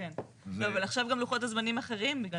אבל עכשיו גם לוחות הזמנים אחרים בגלל